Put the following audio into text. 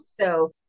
So-